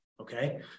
Okay